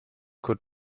could